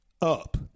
up